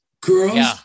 girls